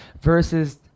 versus